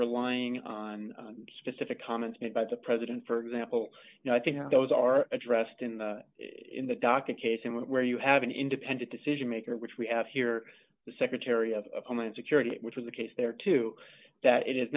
relying on specific comments made by the president for example you know i think those are addressed in the in the docket case and where you have an independent decision maker which we have here the secretary of homeland security which is the case there too that it is